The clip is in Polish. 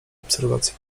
obserwacji